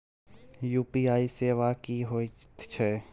UPI सेवा की होयत छै?